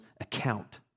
account